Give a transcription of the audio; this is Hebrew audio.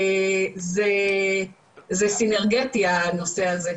זה סינרגטי הנושא הזה,